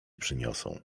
przyniosą